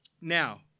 Now